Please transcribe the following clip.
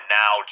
now